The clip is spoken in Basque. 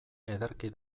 ederki